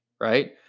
right